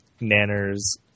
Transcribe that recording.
Nanner's